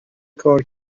کار